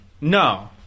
No